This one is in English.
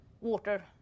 water